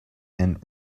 and